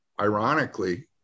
ironically